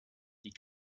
die